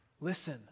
listen